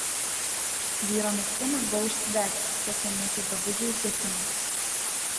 vyro megztinis buvo užsidegęs pasieniečiai drabužį užgesino